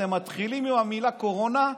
אתם מתחילים עם המילה "קורונה",